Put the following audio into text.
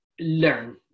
learn